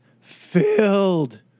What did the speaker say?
filled